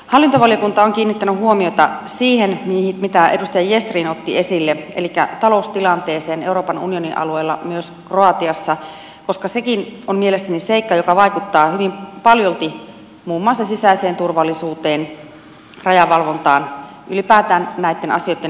hallintovaliokunta on kiinnittänyt huomiota siihen mitä edustaja gestrin otti esille elikkä taloustilanteeseen euroopan unionin alueella myös kroatiassa koska sekin on mielestäni seikka joka vaikuttaa hyvin paljolti muun muassa sisäiseen turvallisuuteen rajavalvontaan ylipäätään näitten asioitten resursointiin